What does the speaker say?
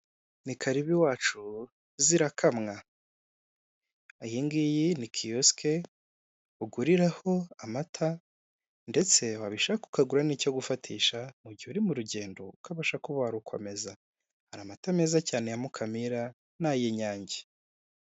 Ni karibu iwacu zirakamwa iyi ngiyi ni kiyosike uguriraho amata ndetse wabishaka ukagura n'icyo gufatisha mu gihe uri mu rugendo ukabasha kuba warukomeza, hari amata meza cyane ya Mukamira n'ay'inyange.